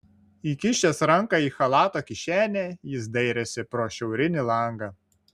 įkišęs ranką į chalato kišenę jis dairėsi pro šiaurinį langą